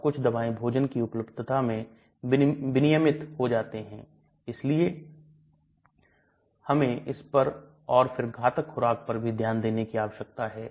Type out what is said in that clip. इसलिए यदि दवा आएनित हो जाती है तो यह lipid से नहीं जाएगी क्योंकि वह बहुत ध्रुवीय हैं